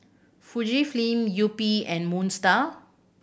Fujifilm Yupi and Moon Star